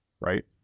right